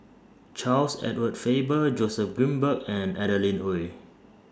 Charles Edward Faber Joseph Grimberg and Adeline Ooi